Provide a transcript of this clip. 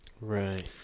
Right